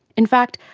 in fact,